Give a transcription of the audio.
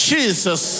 Jesus